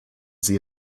sie